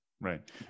Right